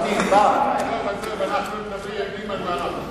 אנחנו יודעים על מה אנחנו מדברים.